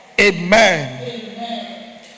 amen